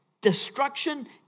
destruction